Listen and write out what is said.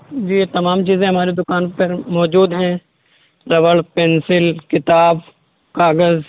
جی یہ تمام چیزیں ہماری دکان پر موجود ہیں ربڑ پینسل کتاب کاغذ